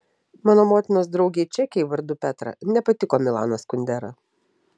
mano motinos draugei čekei vardu petra nepatiko milanas kundera